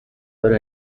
oro